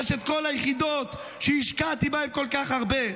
יש את כל היחידות שהשקעתי בהן כל כך הרבה.